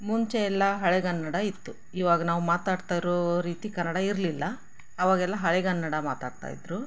ಮುಂಚೆ ಎಲ್ಲ ಹಳೆಗನ್ನಡ ಇತ್ತು ಇವಾಗ ನಾವು ಮಾತಾಡ್ತಾ ಇರೋ ರೀತಿ ಕನ್ನಡ ಇರಲಿಲ್ಲ ಆವಾಗೆಲ್ಲ ಹಳೆಗನ್ನಡ ಮಾತಾಡ್ತಾ ಇದ್ದರು